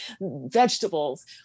vegetables